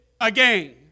Again